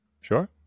sure